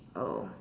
oh